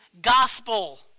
gospel